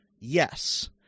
Yes